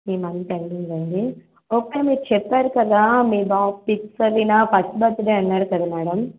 ఈ మంత్ ఎండింగ్ అండి ఓకే మీరు చెప్పారు కదా మీ బాబు సిక్స్నా ఫస్ట్ బర్త్డే అన్నారు కదా మేడం